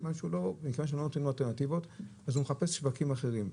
מכיוון שלא נותנים לה אלטרנטיבות אז היא מחפשת שווקים אחרים.